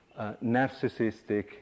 narcissistic